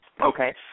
Okay